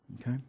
Okay